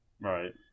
Right